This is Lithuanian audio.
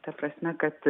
ta prasme kad